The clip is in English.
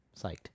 psyched